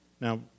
Now